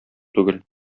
түгел